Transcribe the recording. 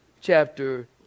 chapter